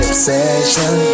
Obsession